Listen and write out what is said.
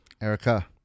Erica